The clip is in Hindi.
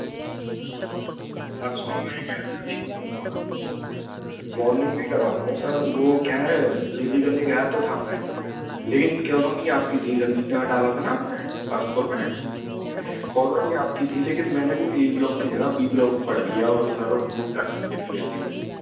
परसों क्या मैं जल्दी करवा दूँगा मॉर्निंग में ही करवा दूँगा सर वह क्या है डिलेवरी करने गया तो था मैं लेकिन कॉलोनी आपकी थी रणजीत नगर डाला था ना आपने भरतपुर में कॉलोनी आपकी थी लेकिन मैंने वह यह ब्लॉक की जगह बी ब्लॉक पढ़ लिया और इधर वह कर दी थी डिलिवरी